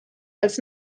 als